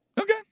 Okay